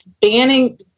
banning